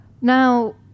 Now